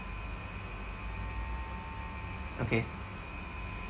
okay